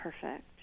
perfect